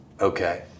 Okay